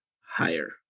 higher